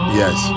yes